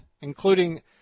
including